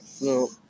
No